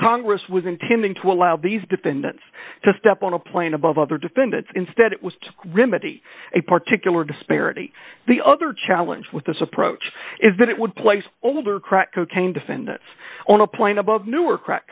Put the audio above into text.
congress was intending to allow these defendants to step on a plane above other defendants instead it was to remain a particularly disparity the other challenge with this approach is that it would place older crack cocaine defendants on a plane above newark crack